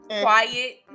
Quiet